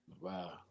Wow